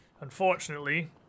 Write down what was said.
Unfortunately